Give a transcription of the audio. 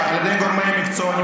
דרך אגב, אני מתנגד להצעת החוק.